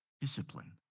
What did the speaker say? discipline